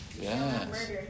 Yes